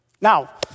Now